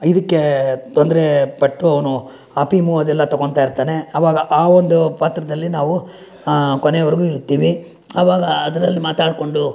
ಇದಕ್ಕೆ ತೊಂದರೆಪಟ್ಟು ಅವನು ಅಫೀಮು ಅದೆಲ್ಲ ತೊಗೋತಾ ಇರ್ತಾನೆ ಆವಾಗ ಆ ಒಂದು ಪಾತ್ರದಲ್ಲಿ ನಾವು ಕೊನೆವರೆಗೂ ಇರ್ತೀವಿ ಆವಾಗ ಅದರಲ್ಲಿ ಮಾತಾಡ್ಕೊಂಡು